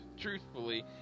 truthfully